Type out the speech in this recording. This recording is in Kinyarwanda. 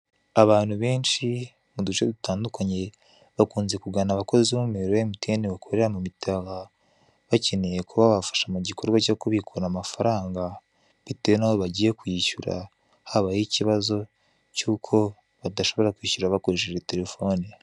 Abantu benshi mu duce dutandukanye, bakunze kugana abakozi b'umuyoboro wa emutiyeni bakorera mu mitaka, bakeneye uwabafasha mu gikorwa cyo kubikura amafaranga bitewe n'aho bagiye kuyishyura, habayeho ikibazo cy'uko badashobora kwishyura bakoresheje telefoni.